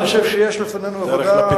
ואני חושב שיש לפנינו עבודה,